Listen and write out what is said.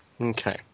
okay